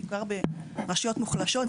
בעיקר ברשויות מוחלשות,